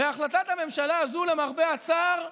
החלטת הממשלה הזאת, למרבה הצער,